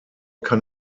kann